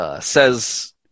says